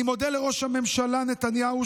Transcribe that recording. אני מודה לראש הממשלה נתניהו,